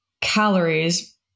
calories